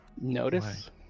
Notice